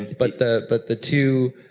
but the but the two,